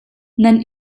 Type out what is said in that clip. nan